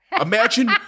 Imagine